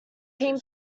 team